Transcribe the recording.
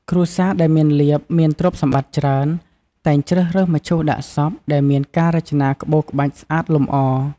គ្រួសារដែលមានលាភ មានទ្រព្យសម្បត្តិច្រើន តែងជ្រើសរើសមឈូសដាក់សព ដែលមានការរចនាក្បូរក្បាច់ស្អាតលម្អ។